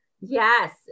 Yes